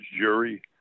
jury